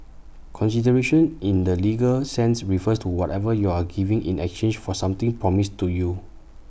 consideration in the legal sense refers to whatever you are giving in exchange for something promised to you